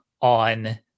on